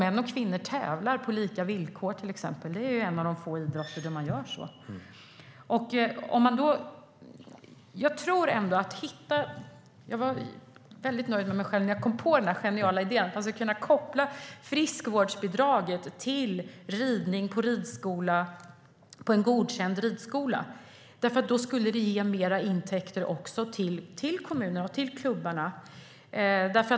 Män och kvinnor tävlar på lika villkor, till exempel, och det är en av få idrotter där man gör så. Jag var väldigt nöjd med mig själv när jag kom på den här idén om att man skulle kunna koppla friskvårdsbidraget till ridning på en godkänd ridskola. Det skulle ge mer intäkter också till kommunerna och till klubbarna.